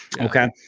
Okay